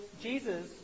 Jesus